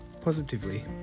positively